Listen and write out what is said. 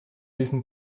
diesen